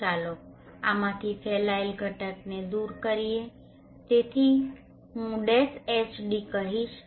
તો ચાલો આમાંથી ફેલાયેલ ઘટકને દૂર કરીએ તેથી હું Hd કહીશ